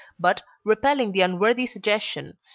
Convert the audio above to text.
but, repelling the unworthy suggestion,